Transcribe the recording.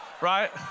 Right